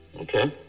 Okay